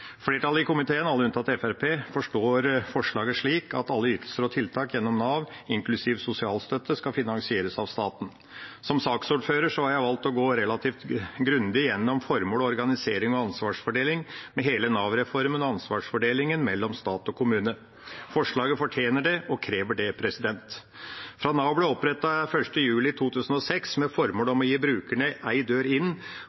Flertallet i komiteen, alle unntatt Fremskrittspartiet, forstår forslaget slik at alle ytelser og tiltak gjennom Nav, inklusiv sosialstøtte, skal finansieres av staten. Som saksordfører har jeg valgt å gå relativt grundig gjennom formål, organisering og ansvarsfordeling med hele Nav-reformen og ansvarsfordelingen mellom stat og kommune. Forslaget fortjener det og krever det. Fra Nav ble opprettet 1. juli 2006 med formål